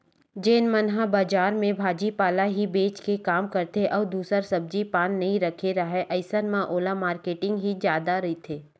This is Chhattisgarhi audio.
जेन मन ह बजार म भाजी पाला ही बेंच के काम करथे अउ दूसर सब्जी पान नइ रखे राहय अइसन म ओहा मारकेटिंग ही जादा रहिथे